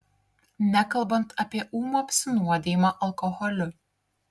nekalbant apie ūmų apsinuodijimą alkoholiu